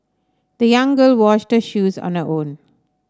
the young girl washed her shoes on her own